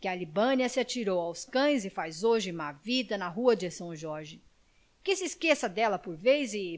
que a libânia se atirou aos cães e faz hoje má vida na rua de são jorge que se esqueça dela por vez